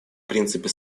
принципе